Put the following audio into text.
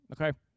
okay